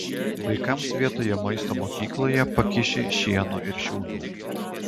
vaikams vietoj maisto mokykloje pakiši šieno ir šiaudų